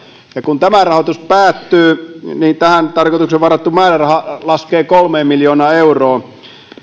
ja kun tämä rahoitus päättyy niin tähän tarkoitukseen varattu määräraha laskee kolmeen miljoonaan euroon